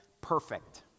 perfect